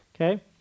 Okay